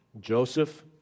Joseph